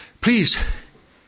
Please